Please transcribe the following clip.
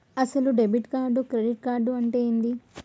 అసలు debit card credit card అంటే ఏంది?